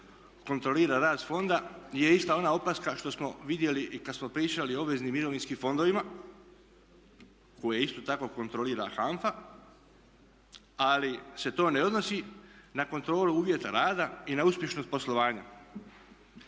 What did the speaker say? kontrolira rad fonda je ista ona opaska što smo vidjeli kad smo pričali o obveznim mirovinskim fondovima koje isto tako kontrolira HANFA, ali se to ne odnosi na kontrolu uvjeta rada i na uspješnost poslovanja.